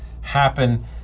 happen